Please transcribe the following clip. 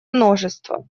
множество